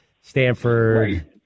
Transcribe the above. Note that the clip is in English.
Stanford